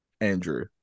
Andrew